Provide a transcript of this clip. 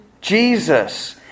Jesus